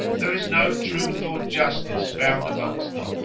there is no truth or justice found amongst them,